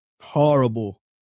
horrible